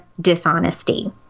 dishonesty